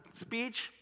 speech